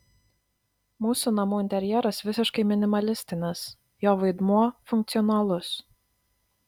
mūsų namų interjeras visiškai minimalistinis jo vaidmuo funkcionalus